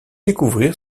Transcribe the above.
découvrir